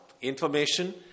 information